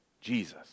Jesus